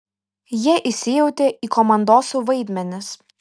jie įsijautė į komandosų vaidmenis